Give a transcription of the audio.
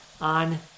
on